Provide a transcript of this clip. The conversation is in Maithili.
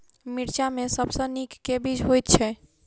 मिर्चा मे सबसँ नीक केँ बीज होइत छै?